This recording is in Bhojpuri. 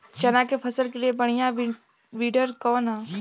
चना के फसल के लिए बढ़ियां विडर कवन ह?